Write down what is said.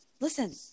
listen